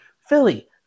Philly